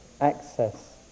access